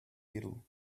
little